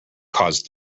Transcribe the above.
caused